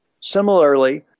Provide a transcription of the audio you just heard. Similarly